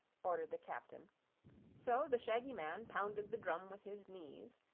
ordered the captain so the shaggy man pounded the drum with his knees,